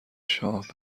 شاه